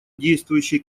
действующий